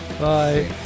Bye